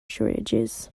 shortages